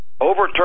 overturn